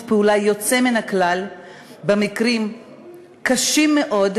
פעולה יוצא מן הכלל במקרים קשים מאוד,